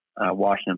Washington